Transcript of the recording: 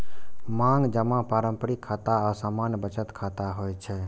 मांग जमा पारंपरिक खाता आ सामान्य बचत खाता होइ छै